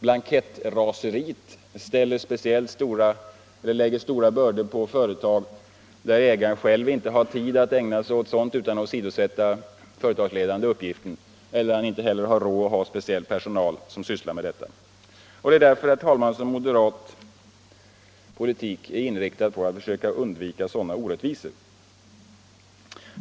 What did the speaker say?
Blankettraseriet lägger stora bördor på företag där ägaren själv inte har tid att ägna sig åt sådant utan att åsidosätta den företagsledande uppgiften och inte heller har råd att hålla speciell personal som sysslar med det. Moderat politik, herr talman, är inriktad på att försöka undvika sådana orättvisor.